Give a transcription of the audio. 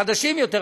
החדשים יותר,